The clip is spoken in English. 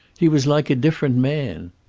he was like a different man.